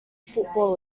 football